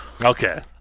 okay